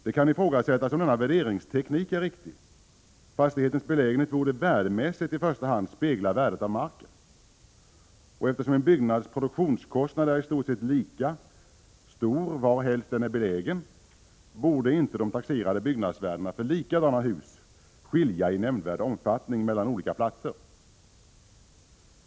Det kan ifrågasättas om denna värderingsteknik är riktig. Fastighetens belägenhet borde värdemässigt i första hand spegla värdet av marken. Eftersom en byggnads produktionskostnad är i stort sett lika hög varhelst den är belägen, borde inte de taxerade byggnadsvärdena för likadana hus skilja i nämnvärd omfattning mellan olika platser.